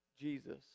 Jesus